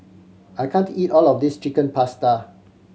I can't eat all of this Chicken Pasta